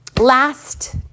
Last